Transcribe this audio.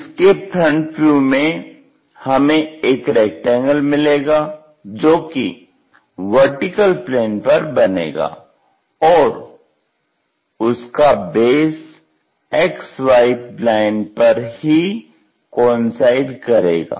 इसके front view में हमें एक रेक्टेंगल मिलेगा जो कि VP पर बनेगा और उसका बेस XY लाइन पर ही कोइंसाइड करेगा